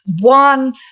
one